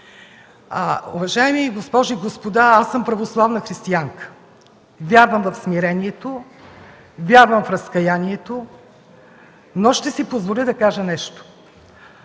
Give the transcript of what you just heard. Уважаеми госпожи и господа, аз съм православна християнка. Вярвам в смирението, вярвам в разкаянието, но ще си позволя да кажа нещо.